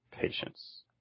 Patience